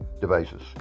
devices